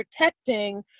protecting